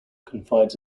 confides